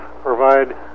provide